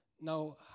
Now